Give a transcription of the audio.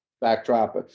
backdrop